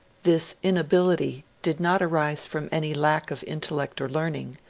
this inability did not arise from any lack of intellect or learning,